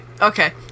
Okay